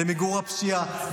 למיגור הפשיעה,